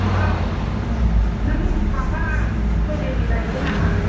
औ नों माबा स्ट्र'बेरी गायो नामा